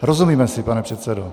Rozumíme si, pane předsedo?